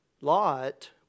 Lot